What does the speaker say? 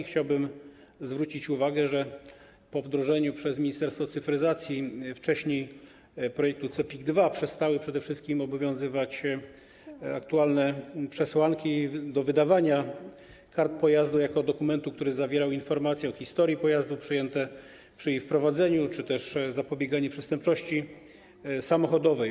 Chciałbym zwrócić uwagę, że po wdrożeniu wcześniej przez Ministerstwo Cyfryzacji projektu CEPiK2 przestały przede wszystkim obowiązywać aktualne przesłanki do wydawania kart pojazdu jako dokumentu, który zawierał informacje o historii pojazdu, przyjęte przy jej wprowadzeniu, służące zapobieganiu przestępczości samochodowej.